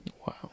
Wow